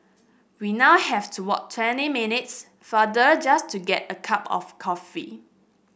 we now have to walk twenty minutes farther just to get a cup of coffee